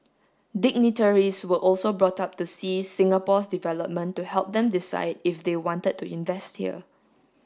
dignitaries were also brought up to see Singapore's development to help them decide if they wanted to invest here